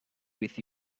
with